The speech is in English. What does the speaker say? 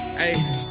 hey